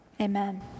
amen